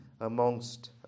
amongst